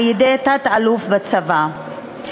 על-ידי תת-אלוף בצבא,